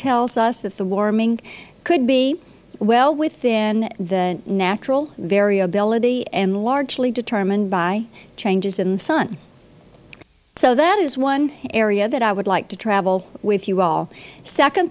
tells us that the warming could be well within the natural variability and largely determined by changes in the sun so that is one area that i would like to travel with you all second